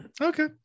okay